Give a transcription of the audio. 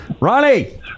Ronnie